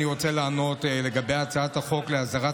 אני רוצה לענות לגבי הצעת החוק להסדרת